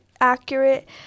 accurate